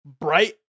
bright